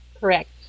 Correct